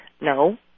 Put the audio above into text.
no